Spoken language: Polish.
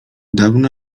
dawna